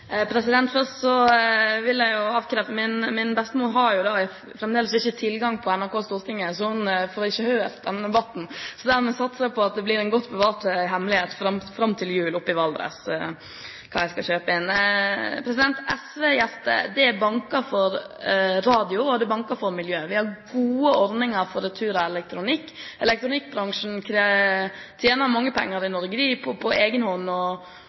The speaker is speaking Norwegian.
vil jeg si at min bestemor fremdeles ikke har tilgang til NRK Stortinget, så hun får ikke hørt denne debatten. Dermed satser jeg på at det fram til jul blir en godt bevart hemmelighet oppe i Valdres hva jeg skal kjøpe inn. SV-hjertet banker for radio, og det banker for miljø. Vi har gode ordninger for retur av elektronikk. Elektronikkbransjen tjener mange penger i Norge på